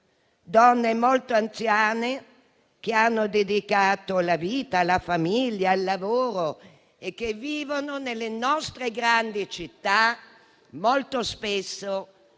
donne molto anziane, che hanno dedicato la vita alla famiglia e al lavoro, che vivono nelle nostre grandi città, molto spesso